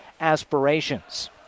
aspirations